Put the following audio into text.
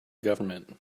government